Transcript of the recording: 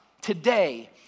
today